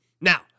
Now